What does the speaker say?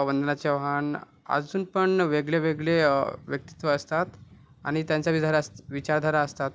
वंदना चव्हान अजून पण वेगळे वेगळे व्यक्तित्व असतात आणि त्यांचा अस विचारधारा असतात